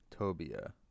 Tobia